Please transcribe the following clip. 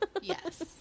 Yes